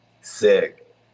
Sick